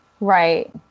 Right